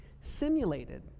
simulated